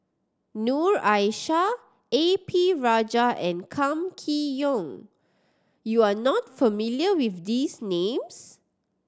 Noor Aishah A P Rajah and Kam Kee Yong you are not familiar with these names